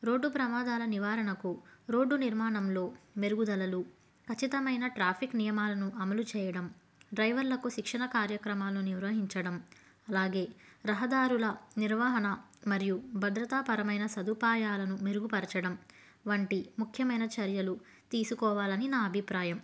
road ప్రమాదాల నివారణకు road నిర్మాణంలో మెరుగుదలలు ఖచ్చితమైన ట్రాఫిక్ నియమాలను అమలు చేయడం డ్రైవర్లకు శిక్షణ కార్యక్రమాలు నిర్వహించడం అలాగే రహదారుల నిర్వాహణ మరియు భద్రతాపరమైన సదుపాయాలను మెరుగుపరచడం వంటి ముఖ్యమైన చర్యలు తీసుకోవాలని నా అభిప్రాయం